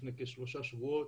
לפני כשלושה שבועות,